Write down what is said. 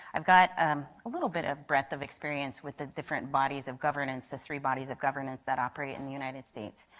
i've got um a little bit of rent of experience with the different bodies of governance, the three bodies of governance that operate in the united states.